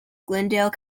glendale